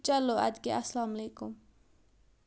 چلو اَدٕ کیٛاہ اَسَلامُ علیکُم